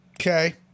okay